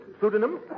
pseudonym